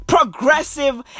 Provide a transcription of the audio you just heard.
Progressive